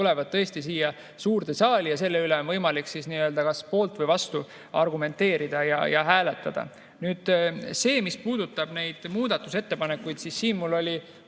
tulevad tõesti siia suurde saali ja nende üle on võimalik kas poolt või vastu argumenteerida ja hääletada. Nüüd, mis puudutab neid muudatusettepanekuid, siis mul oli